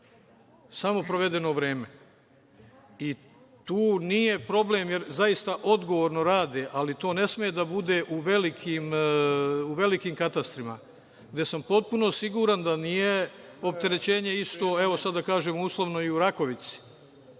samo provedeno vreme. Tu nije problem, jer zaista odgovorno rade, ali to ne sme da bude u velikim katastrima, gde sam potpuno siguran da nije opterećenje isto, evo sad da kažem, uslovno, i u Rakovici.